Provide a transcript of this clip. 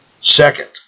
Second